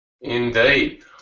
Indeed